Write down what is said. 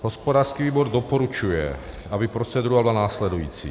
Hospodářský výbor doporučuje, aby procedura byla následující.